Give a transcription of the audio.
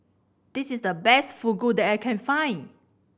this is the best Fugu that I can find